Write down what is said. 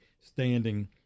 standing